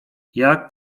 jak